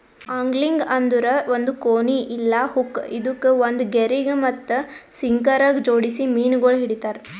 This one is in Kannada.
ಆಂಗ್ಲಿಂಗ್ ಅಂದುರ್ ಒಂದ್ ಕೋನಿ ಇಲ್ಲಾ ಹುಕ್ ಇದುಕ್ ಒಂದ್ ಗೆರಿಗ್ ಮತ್ತ ಸಿಂಕರಗ್ ಜೋಡಿಸಿ ಮೀನಗೊಳ್ ಹಿಡಿತಾರ್